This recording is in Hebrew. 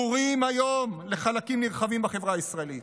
ברורים היום לחלקים נרחבים בחברה הישראלית.